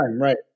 right